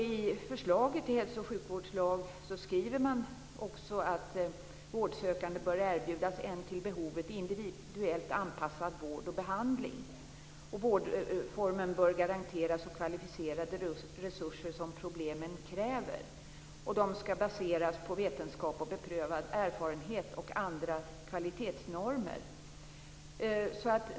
I förslaget till hälso och sjukvårdslag skriver man också att vårdsökande bör erbjudas en till behovet individuellt anpassad vård och behandling. Vårdformen bör garantera så kvalificerade resurser som problemen kräver. De skall baseras på vetenskap och beprövad erfarenhet och andra kvalitetsnormer.